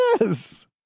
Yes